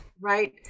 right